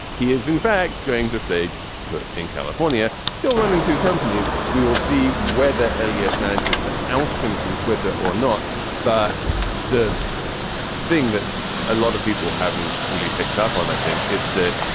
he is in fact going to stay put in california, still running two companies. we will see whether elliott manages to oust him from twitter or not but the thing that a lot of people haven't really picked up on, i think, is that